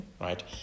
right